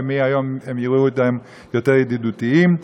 ומהיום הם יהיו אתם יותר ידידותיים.